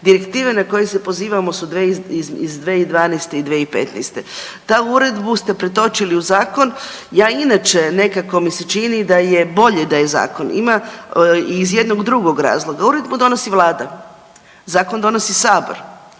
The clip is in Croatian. direktiva na koju se pozivamo su iz 2012. i 2015., tu uredbu ste pretočili u zakon, ja inače nekako mi se čini da je bolje da je zakon, ima, iz jednog drugog razloga. Uredbu donosi vlada, zakon donosi sabor.